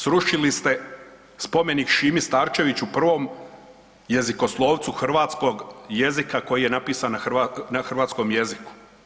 Srušili ste spomenik Šimi Starčeviću prvom jezikoslovcu hrvatskog jezika koji je napisan na hrvatskom jeziku.